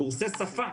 קורסי שפה,